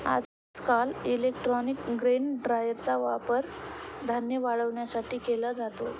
आजकाल electronic grain ड्रायरचा वापर धान्य वाळवण्यासाठी केला जातो